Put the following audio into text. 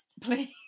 please